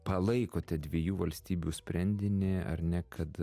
palaikote dviejų valstybių sprendinį ar ne kad